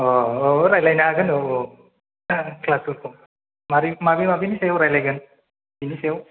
अ औ रायलायनो हागोन औ औ ख्लासफोरखौ माबोरै माबे माबेनि सायाव रायज्लायगोन बिनि सायाव